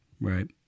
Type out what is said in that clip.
right